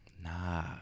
Nah